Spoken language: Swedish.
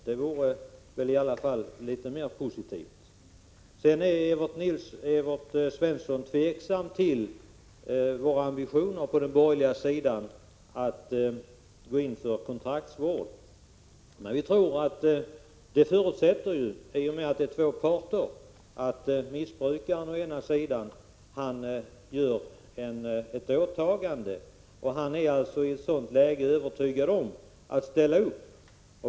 Det vore i alla fall litet mera positivt. Evert Svensson är tveksam till våra ambitioner på den borgerliga sidan att gå in för kontraktsvård. Det förutsätter, i och med att det är två parter, att missbrukaren å sin sida gör ett åtagande. Han eller hon är alltså i sådant läge övertygad och vill ställa upp.